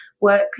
work